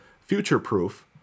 future-proof